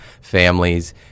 families